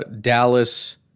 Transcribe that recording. Dallas